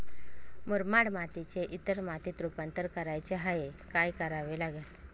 मुरमाड मातीचे इतर मातीत रुपांतर करायचे आहे, काय करावे लागेल?